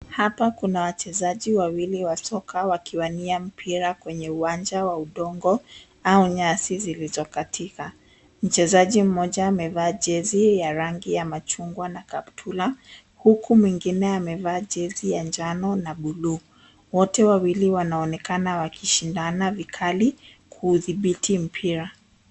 Hapa kuna wachezaji wawili wa soka wakiwania mpira kwenye uwanja wa udongo au nyasi zilizokatika. Mchezaji mmoja amevaa jezi ya rangi ya machungwa na kaptula huku mwingine amevaa jezi ya njano na bluu. Wote wawili wanaonekana wakishindana vikali kuudhibiti mpira.